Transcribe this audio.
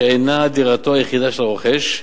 שאינן דירתו הראשונה של הרוכש,